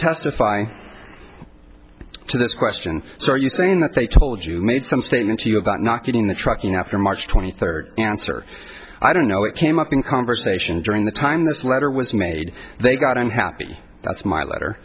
testify to this question so are you saying that they told you made some statement to you about not getting the trucking after march twenty third answer i don't know it came up in conversation during the time this letter was made they got i'm happy that's my letter